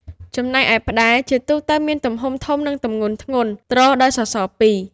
ចំណែកឯផ្តែរ ជាទូទៅមានទំហំធំ និងទម្ងន់ធ្ងន់ ទ្រដោយ សសរ ពីរ។